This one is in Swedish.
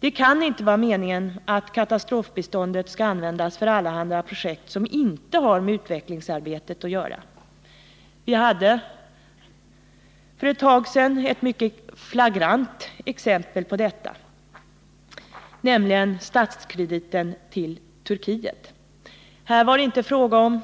Det kan inte vara meningen att katastrofbiståndet skall användas för allehanda projekt som inte har med utvecklingsarbetet att göra. Vi hade för ett tag sedan ett mycket flagrant exempel på detta, nämligen statskrediten till Turkiet. Här var det inte fråga om